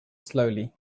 slowly